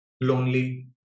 lonely